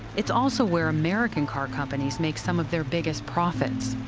it's also where american car companies make some of their biggest profits.